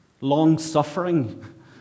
long-suffering